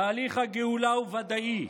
תהליך הגאולה הוא ודאי,